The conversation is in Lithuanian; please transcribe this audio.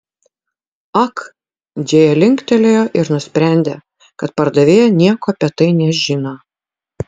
ak džėja linktelėjo ir nusprendė kad pardavėja nieko apie tai nežino